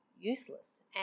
useless